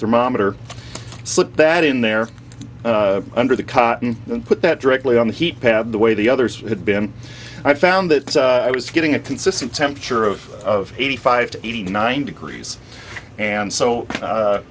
thermometer slipped that in there under the cotton and put that directly on the heat pad the way the others had been i found that i was getting a consistent temperature of eighty five to eighty nine degrees and so